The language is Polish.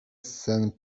sen